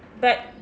but